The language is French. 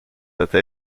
cette